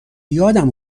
یادم